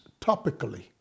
topically